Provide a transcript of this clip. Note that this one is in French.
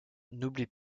n’oublie